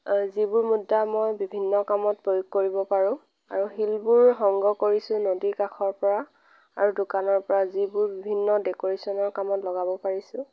যিবোৰ মুদ্ৰা মই বিভিন্ন কামত প্ৰয়োগ কৰিব পাৰোঁ আৰু শিলবোৰ সংগ্ৰহ কৰিছোঁ নদী কাষৰ পৰা আৰু দোকানৰ পৰা যিবোৰ বিভিন্ন ডেক'ৰেশ্বনৰ কামত লগাব পাৰিছোঁ